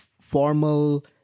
formal